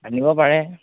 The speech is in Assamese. আনিব পাৰে